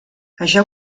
això